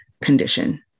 condition